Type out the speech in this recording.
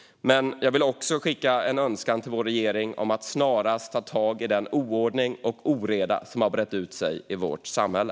Jag vill också skicka en önskan till vår regering om att snarast ta tag i den oordning och oreda som har brett ut sig i vårt samhälle.